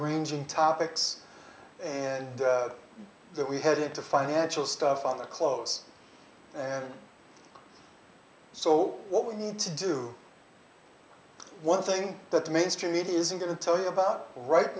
ranging topics that we headed to financial stuff on the clothes and so what we need to do one thing that the mainstream media isn't going to tell you about right